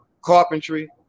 carpentry